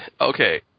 Okay